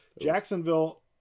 Jacksonville